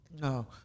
No